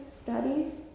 studies